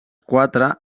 quatre